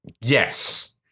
Yes